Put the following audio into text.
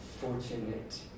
fortunate